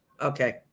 Okay